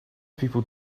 people